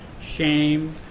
shame